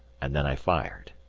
and then i fired.